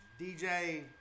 DJ –